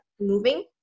moving